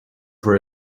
for